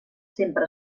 sempre